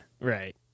Right